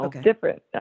different